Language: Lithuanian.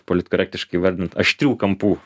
politkorektiškai įvardint aštrių kampų